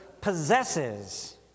possesses